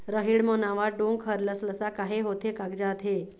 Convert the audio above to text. रहेड़ म नावा डोंक हर लसलसा काहे होथे कागजात हे?